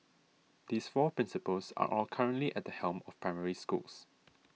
these four principals are all currently at the helm of Primary Schools